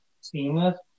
seamless